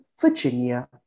Virginia